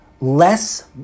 less